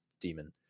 Demon